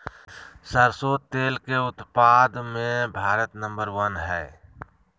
सरसों तेल के उत्पाद मे भारत नंबर वन हइ